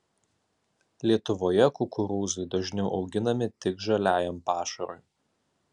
lietuvoje kukurūzai dažniau auginami tik žaliajam pašarui